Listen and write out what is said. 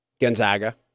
Gonzaga